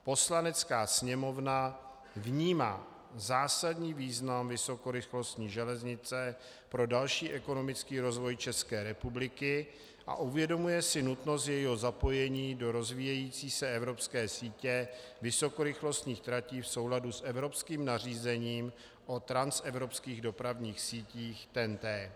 Poslanecká sněmovna vnímá zásadní význam vysokorychlostní železnice pro další ekonomický rozvoj ČR a uvědomuje si nutnost jejího zapojení do rozvíjející se evropské sítě vysokorychlostních tratí v souladu s evropským nařízením od transevropských dopravních sítích TENT.